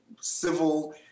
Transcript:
civil